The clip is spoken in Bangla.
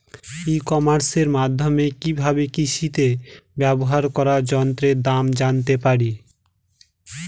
ই কমার্সের মাধ্যমে কি ভাবে কৃষিতে ব্যবহার করা যন্ত্রের দাম জানতে পারি?